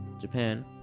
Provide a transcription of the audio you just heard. Japan